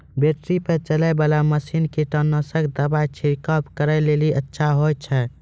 Battery पर चलै वाला मसीन कीटनासक दवा छिड़काव करै लेली अच्छा होय छै?